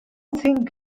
think